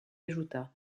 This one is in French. ajouta